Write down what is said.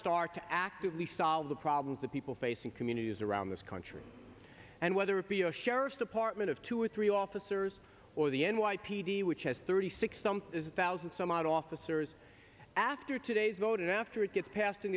start to actively solve the problems that people face in communities around this country and whether it be a sheriff's department of two or three officers or the n y p d which has thirty six some thousand some odd officers after today's vote after it gets passed in